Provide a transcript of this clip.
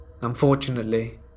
Unfortunately